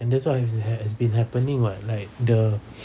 and that's what has been happening [what] like the